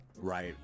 Right